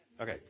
Okay